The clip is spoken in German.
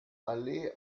allee